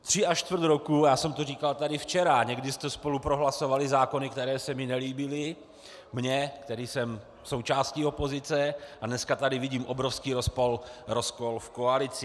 Tři a čtvrt roku, já jsem to říkal tady včera, někdy jste spolu prohlasovali zákony, které se mi nelíbily, mně, který jsem součástí opozice, a dneska tady vidím obrovský rozkol v koalici.